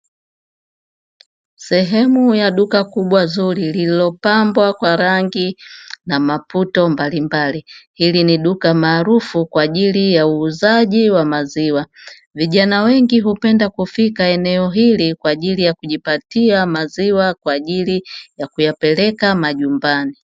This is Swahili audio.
Sehemu ya duka kubwa zuri lililopambwa kwa rangi na maputo mbalimbali, hili ni duka maarufu kwa ajili ya uuzaji wa maziwa. Vijana wengi hupenda kufika ili kujipatia maziwa kwa ajili ya kuyapeleka majumbani.